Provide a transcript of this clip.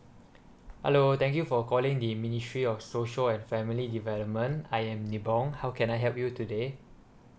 hello thank you for calling the ministry of social and family development I am nibong how can I help you today